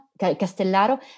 Castellaro